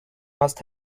must